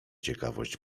ciekawość